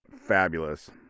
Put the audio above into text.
fabulous